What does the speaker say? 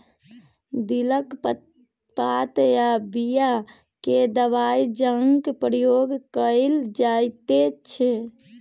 दिलक पात आ बीया केँ दबाइ जकाँ प्रयोग कएल जाइत छै